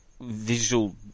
visual